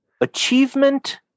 achievement